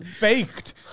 Baked